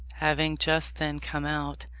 having just then come out,